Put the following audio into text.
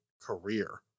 career